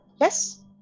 Yes